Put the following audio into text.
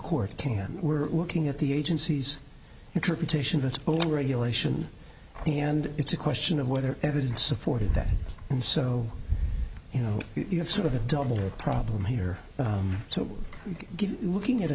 court can we're looking at the agencies interpretation that's the regulation and it's a question of whether evidence supported that and so you know you have sort of a double problem here so good looking at it